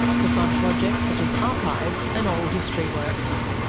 to fund projects such as archives and oral history works.